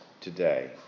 today